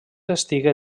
estigué